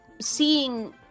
seeing